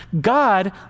God